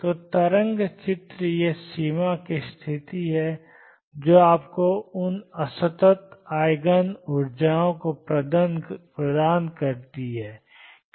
तो तरंग चित्र में यह सीमा की स्थिति है जो आपको उन असतत ईजिन ऊर्जाओं को प्रदान करती है